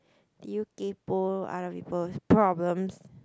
did you kaypoh other people's problems